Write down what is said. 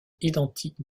identique